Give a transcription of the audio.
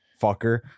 fucker